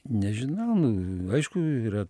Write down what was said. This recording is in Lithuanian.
nežinau nu aišku yra